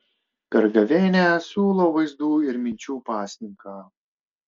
per gavėnią siūlo vaizdų ir minčių pasninką